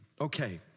okay